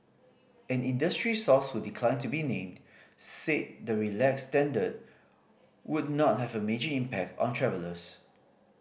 an industry source who declined to be named said the relaxed standard would not have a major impact on travellers